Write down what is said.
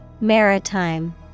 Maritime